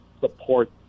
support